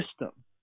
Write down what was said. system